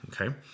Okay